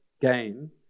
gain